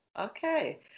Okay